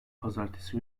pazartesi